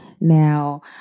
Now